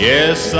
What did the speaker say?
Yes